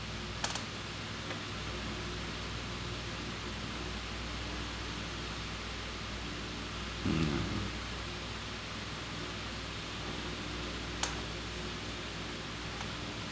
mm